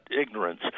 ignorance